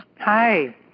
Hi